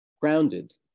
grounded